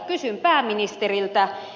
kysyn pääministeriltä